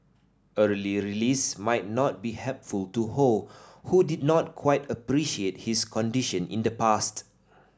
early release might not be helpful to Ho who did not quite appreciate his condition in the past